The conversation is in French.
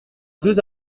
deux